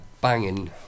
banging